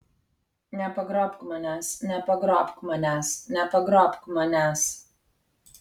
nepagrobk manęs nepagrobk manęs nepagrobk manęs